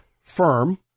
firm